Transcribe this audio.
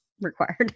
Required